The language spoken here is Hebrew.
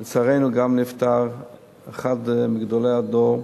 לצערנו, גם נפטר אחד מגדולי הדור,